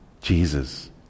Jesus